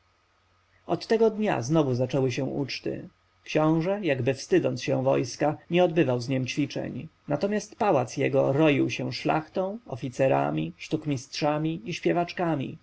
od tego dnia znowu zaczęły się uczty książę jakby wstydząc się wojska nie odbywał z niem ćwiczeń natomiast pałac jego roił się szlachtą oficerami sztukmistrzami i śpiewaczkami a